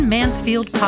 Mansfield